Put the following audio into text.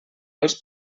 els